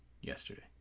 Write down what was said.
yesterday